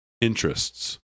interests